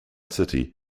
city